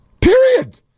Period